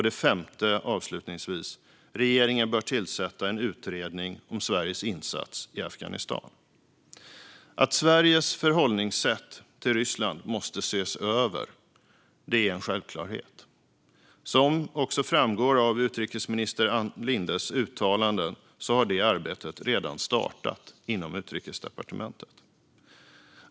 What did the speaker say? Det femte, avslutningsvis, är att regeringen bör tillsätta en utredning om Sveriges insats i Afghanistan. Att Sveriges förhållningssätt till Ryssland måste ses över är en självklarhet, och som framgår av utrikesminister Ann Lindes uttalanden har det arbetet redan startat inom Utrikesdepartementet.